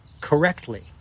correctly